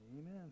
Amen